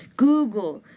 google,